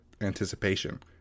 anticipation